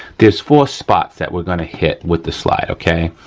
there's four spots that we're gonna hit with the slide, okay.